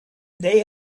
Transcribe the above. they